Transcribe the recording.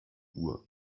uhr